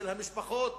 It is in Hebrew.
של המשפחות,